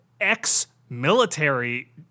ex-military